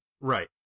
right